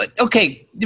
Okay